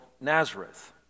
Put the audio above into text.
Nazareth